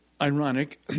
ironic